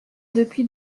depuis